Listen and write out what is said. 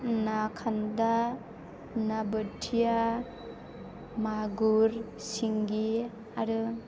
ना खान्दा ना बोथिया मागुर सिंगि आरो